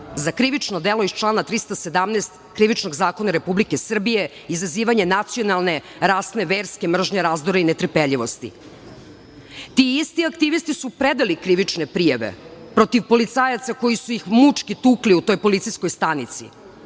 za krivično delo iz člana 317. Krivičnog zakona Republike Srbije - izazivanjem nacionalne, rasne, verske mržnje razdora i netrpeljivosti. Ti isti aktivisti su predali krivične prijave protiv policajaca koji su ih mučki tukli u toj policijskoj stanici